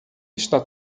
está